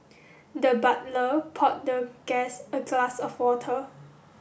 the butler poured the guest a glass of water